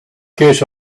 case